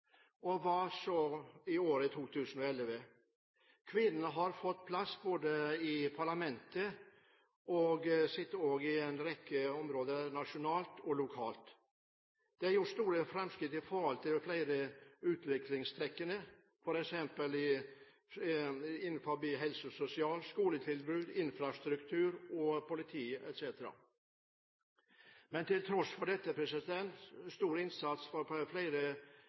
så i år 2011? Kvinnene har fått plass i parlamentet og bidrar også på en rekke områder nasjonalt og lokalt. Det er gjort store framskritt i flere utviklingsretninger, f.eks. innenfor helse og sosial, skoletilbud, infrastruktur, politi etc. Til tross for stor innsats fra flere